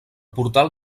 portal